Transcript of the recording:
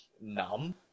numb